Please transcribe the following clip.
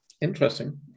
Interesting